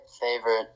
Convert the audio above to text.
favorite